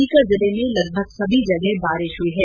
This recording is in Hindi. सीकर जिले में लगभग सभी जगह बारिश हुई है